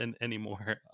anymore